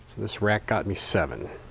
this rack got me seven.